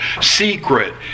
secret